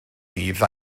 dydd